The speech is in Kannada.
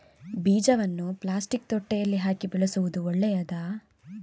ಬೀಜವನ್ನು ಪ್ಲಾಸ್ಟಿಕ್ ತೊಟ್ಟೆಯಲ್ಲಿ ಹಾಕಿ ಬೆಳೆಸುವುದು ಒಳ್ಳೆಯದಾ?